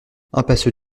impasse